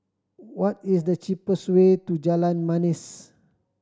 what is the cheapest way to Jalan Manis